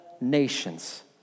nations